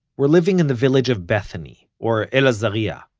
where living in the village of bethany, or al-azariya,